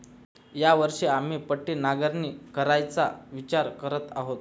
या वर्षी आम्ही पट्टी नांगरणी करायचा विचार करत आहोत